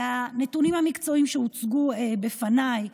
מהנתונים המקצועיים שהוצגו בפניי,